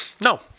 No